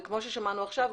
כמו ששמענו עכשיו,